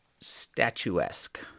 statuesque